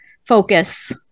focus